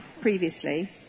previously